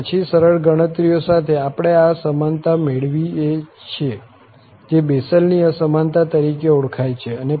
અને પછી સરળ ગણતરીઓ સાથે આપણે આ અસમાનતા મેળવીએ છીએ જે બેસેલની અસમાનતા તરીકે ઓળખાય છે